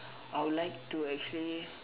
I'll like to actually